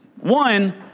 One